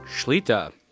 Shlita